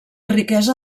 riquesa